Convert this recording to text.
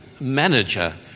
manager